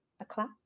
o'clock